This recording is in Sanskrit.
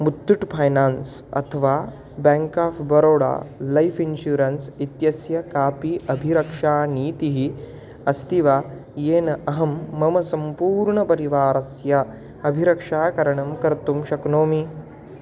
मुत्तुट् फैनान्स् अथवा bank of Baroda life insurance इत्यस्य कापि अभिरक्षानीतिः अस्ति वा येन अहं मम सम्पूर्णपरिवारस्य अभिरक्षाकरणं कर्तुं शक्नोमि